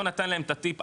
לא נתן להם את הטיפ,